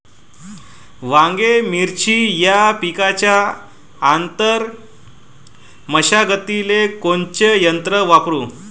वांगे, मिरची या पिकाच्या आंतर मशागतीले कोनचे यंत्र वापरू?